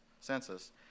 census